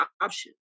option